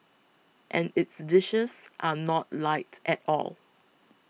and its dishes are not light at all